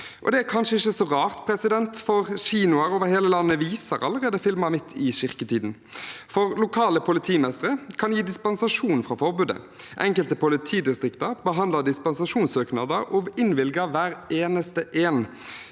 Det er kanskje ikke så rart, for kinoer over hele landet viser allerede filmer midt i kirketiden. Lokale politimestre kan gi dispensasjon fra forbudet. Enkelte politidistrikter behandler dispensasjonssøknader og innvilger hver eneste en.